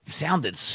sounded